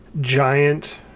giant